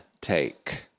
take